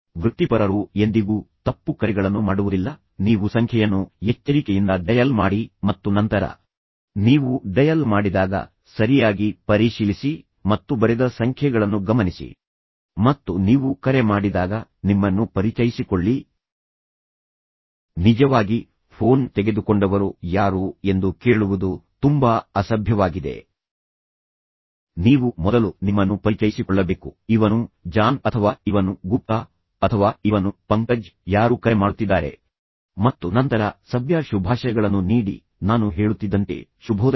ವೃತ್ತಿಪರರು ಎಂದಿಗೂ ತಪ್ಪು ಕರೆಗಳನ್ನು ಮಾಡುವುದಿಲ್ಲ ನೀವು ಸಂಖ್ಯೆಯನ್ನು ಎಚ್ಚರಿಕೆಯಿಂದ ಡಯಲ್ ಮಾಡಿ ಮತ್ತು ನಂತರ ನೀವು ಡಯಲ್ ಮಾಡಿದಾಗ ನೀವು ಅದನ್ನು ಸರಿಯಾಗಿ ಪರಿಶೀಲಿಸಿ ಮತ್ತು ನೀವು ಬರೆದ ಸಂಖ್ಯೆಗಳನ್ನು ಸಹ ಸರಿಯಾಗಿ ಗಮನಿಸಿ ಮತ್ತು ನೀವು ಕರೆ ಮಾಡಿದಾಗ ನಿಮ್ಮನ್ನು ಪರಿಚಯಿಸಿಕೊಳ್ಳಿ ನಿಜವಾಗಿ ಫೋನ್ ತೆಗೆದುಕೊಂಡವರು ಯಾರು ಎಂದು ಕೇಳುವುದು ತುಂಬಾ ಅಸಭ್ಯವಾಗಿದೆ ನೀವು ಮೊದಲು ನಿಮ್ಮನ್ನು ಪರಿಚಯಿಸಿಕೊಳ್ಳಬೇಕು ಇವನು ಜಾನ್ ಅಥವಾ ಇವನು ಗುಪ್ತಾ ಅಥವಾ ಇವನು ಪಂಕಜ್ ಯಾರು ಕರೆ ಮಾಡುತ್ತಿದ್ದಾರೆ ಮತ್ತು ನಂತರ ಸಭ್ಯ ಶುಭಾಶಯಗಳನ್ನು ನೀಡಿ ನಾನು ಹೇಳುತ್ತಿದ್ದಂತೆ ಶುಭೋದಯ